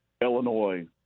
Illinois